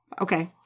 Okay